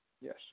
Yes